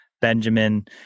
Benjamin